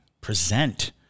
present